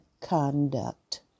conduct